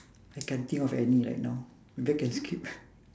I can't think of any right now maybe I can skip